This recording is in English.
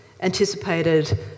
anticipated